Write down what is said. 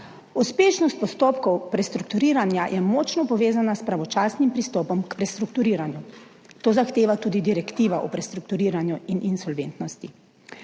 uspešnost postopkov prestrukturiranja je močno povezana s pravočasnim pristopom k prestrukturiranju, to zahteva tudi Direktiva o prestrukturiranju in insolventnosti.